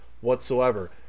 whatsoever